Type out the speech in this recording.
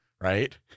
right